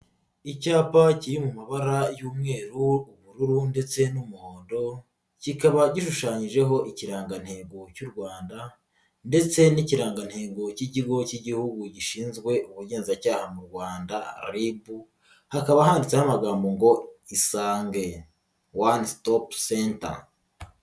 Icyapa kiri mu mabara y'umweru, ubururu ndetse n'umuhondo, kikaba gishushanyijeho ikirangantego cy'u Rwanda ndetse n'ikirangantego cy'ikigo cy'igihugu gishinzwe ubugenzacyaha mu Rwanda RIB, hakaba handitseho amagambo ngo isange one stop center.